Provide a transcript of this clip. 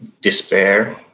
despair